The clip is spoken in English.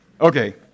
Okay